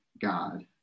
God